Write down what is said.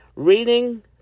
Reading